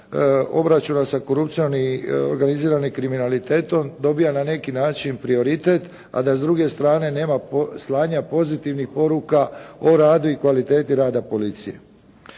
obračuna sa korupcijom i organiziranim kriminalitetom, dobiva na neki način prioritet a da s druge strane nema slanja pozitivnih poruka o radu i kvaliteti rada policije.